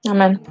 Amen